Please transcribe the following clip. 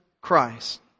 Christ